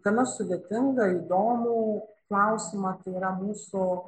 gana sudėtingą įdomų klausimą tai yra mūsų